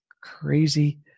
crazy